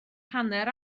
hanner